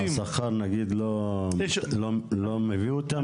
השכר, נניח, לא מביא אותם לזה?